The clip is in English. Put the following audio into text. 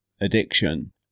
addiction